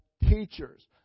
teachers